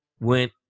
went